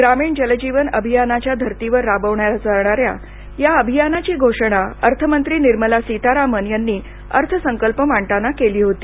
ग्रामीण जल जीवन अभियानाच्या धर्तीवर राबवल्या जाणाऱ्या या अभियानाची घोषणा अर्थमंत्री निर्मला सीतारामन यांनी अर्थसंकल्प मांडताना केली होती